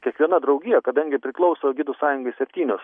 kiekviena draugija kadangi priklauso gidų sąjungai septynios